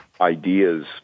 ideas